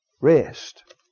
Rest